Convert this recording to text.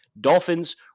Dolphins